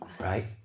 Right